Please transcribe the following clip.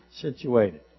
situated